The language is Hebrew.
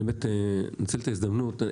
אני אנצל את ההזדמנות.